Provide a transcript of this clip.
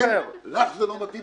לך זה לא מתאים,